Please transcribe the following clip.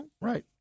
Right